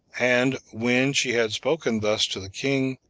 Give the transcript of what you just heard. and when she had spoken thus to the king,